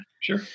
sure